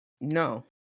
No